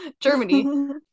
Germany